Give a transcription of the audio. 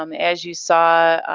um as you saw